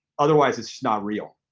otherwise, it's not real.